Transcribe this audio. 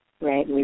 right